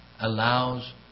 allows